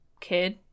kid